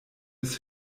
bis